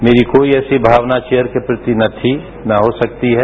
मेरी कोई ऐसी भावना चेयर के प्रति न थी न हो सकती है